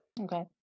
Okay